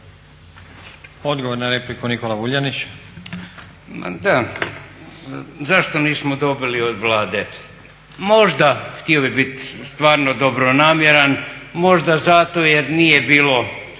Odgovor na repliku Nikola Vuljanić.